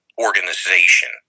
organization